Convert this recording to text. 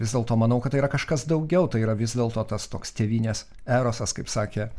vis dėlto manau kad tai yra kažkas daugiau tai yra vis dėlto tas toks tėvynės erosas kaip sakė